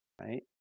right